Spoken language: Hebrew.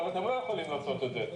אבל אתם לא יכולים לעשות את זה,